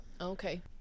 Okay